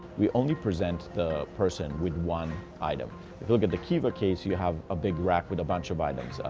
we only present the person with one item. if you look at the kiva case, you have a big rack with a bunch of items. ah